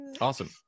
Awesome